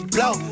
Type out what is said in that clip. Blow